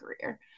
career